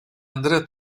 andrea